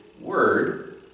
word